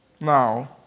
Now